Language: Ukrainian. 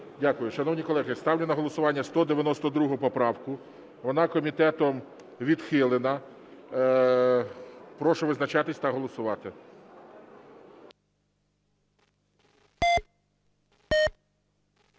Дякую. Шановні колеги, ставлю на голосування 192 поправку. Вона комітетом відхилена. Прошу визначатися та голосувати.